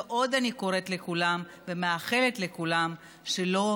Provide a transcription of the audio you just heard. ועוד אני קוראת לכולם ומאחלת לכולם שלא